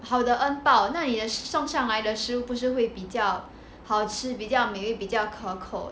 好的恩保那也是送上来的也是会比较好吃比较没比较可口